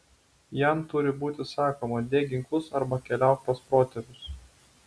jam turi būti sakoma dėk ginklus arba keliauk pas protėvius